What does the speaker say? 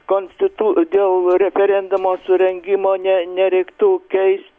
konstitu dėl referendumo surengimo ne nereiktų keis